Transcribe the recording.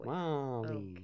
Wally